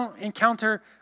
encounter